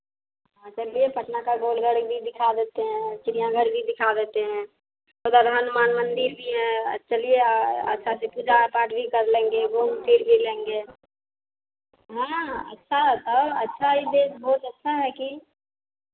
चलिए पटना का गोलघर भी दिखा देते हैं चिड़ियाघर भी दिखा देते हैं उधर हनुमान मंदिर भी है चलिये अच्छा से पूजा पाठ भी कर लेंगे घूम फिर भी लेंगे हाँ अच्छा और अच्छा है देश बहुत अच्छा है कि